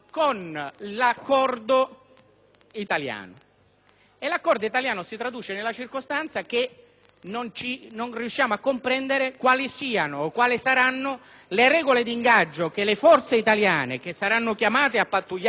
non riusciamo a comprendere quali siano o quali saranno le regole d'ingaggio che le forze italiane che saranno chiamate a pattugliare le frontiere libiche dovranno applicare, ossia se sono le regole del diritto interno